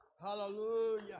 Hallelujah